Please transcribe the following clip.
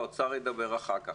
האוצר ידבר אחר כך.